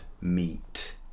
meet